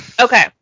Okay